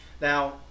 Now